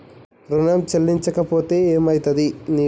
ఋణం చెల్లించకపోతే ఏమయితది?